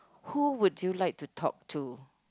who would you like to talk to